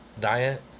diet